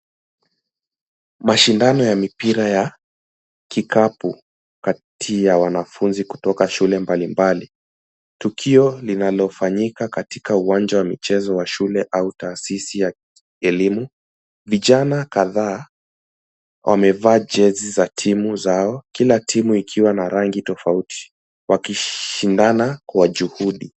Mashindano ya mipira ya kikapu kati ya wanafunzi kutoka shule mbalimbali. Tukio linalofanyika katika uwanja wa michezo au taasisi ya elimu. Vijana kadhaa wamevaa jezi za timu zao. Kila timu ikiwa na rangi tofauti, wakishindana kwa juhudi.